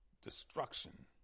destruction